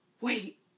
wait